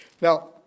Now